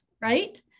Right